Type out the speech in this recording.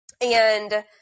and-